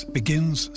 begins